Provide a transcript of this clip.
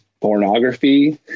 pornography